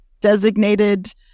designated